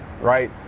right